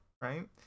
right